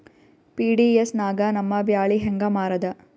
PDS ನಾಗ ನಮ್ಮ ಬ್ಯಾಳಿ ಹೆಂಗ ಮಾರದ?